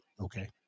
okay